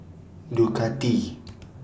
Ducati